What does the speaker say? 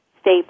stay